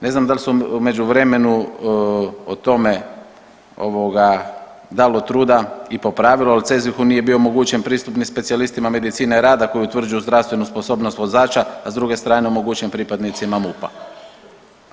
Ne znam da li se u međuvremenu o tome dalo truda i popravilo, ali CEZIH-u nije bio omogućen pristup ni specijalistima medicine rada koji utvrđuju zdravstvenu sposobnost vozača, a s duge strane omogućen pripadnicima MUP-a.